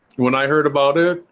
when i heard about it,